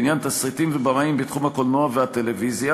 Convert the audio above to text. לעניין תסריטאים ובימאים בתחום הקולנוע והטלוויזיה